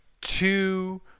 two